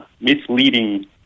misleading